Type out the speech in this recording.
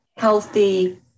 healthy